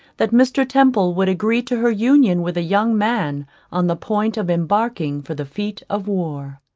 that mr. temple would agree to her union with a young man on the point of embarking for the feat of war.